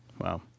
Wow